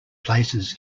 places